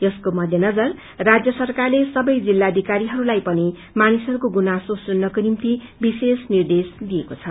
यसको मध्यनजर राज्य सरकारले सबै जिल्लाधिकारीहरूलाई पनि मानिसहरूको गुनासो सुन्नको निम्ति विशेष निर्देश दिइएको छ